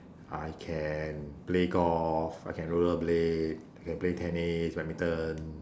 I can play golf I can rollerblade I can play tennis badminton